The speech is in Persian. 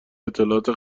اطلاعات